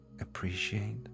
appreciate